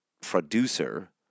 producer